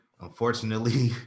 Unfortunately